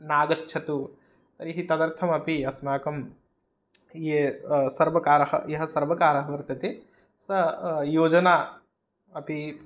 नागच्छतु तर्हि तदर्थमपि अस्माकं ये सर्वकारः यः सर्वकारः वर्तते स योजना अपि